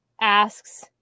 asks